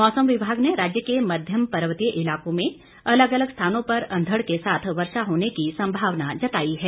मौसम विभाग ने राज्य के मध्यम पर्वतीय इलाकों में अलग अलग स्थानों पर अंधड़ के साथ वर्षा होने की संभावना जताई है